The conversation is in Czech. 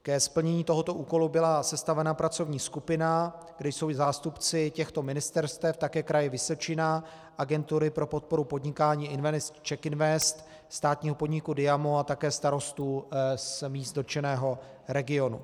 Ke splnění tohoto úkolu byla sestavena pracovní skupina, kde jsou i zástupci těchto ministerstev, také Kraje Vysočina, Agentury pro podporu podnikání CzechInvest, státního podniku DIAMO a také starostů z dotčeného regionu.